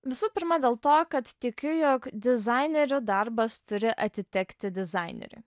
visų pirma dėl to kad tikiu jog dizainerio darbas turi atitekti dizaineriui